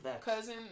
cousin